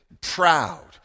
proud